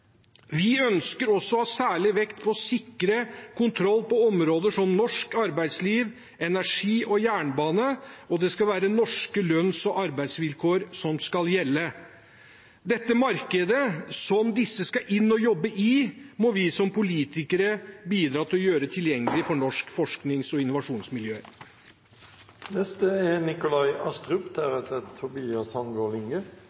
Vi ønsker også å ha særlig vekt på å sikre kontroll på områder som norsk arbeidsliv, energi og jernbane, og det skal være norske lønns- og arbeidsvilkår som skal gjelde. Dette markedet som disse skal inn og jobbe i, må vi som politikere bidra til å gjøre tilgjengelig for norske forsknings- og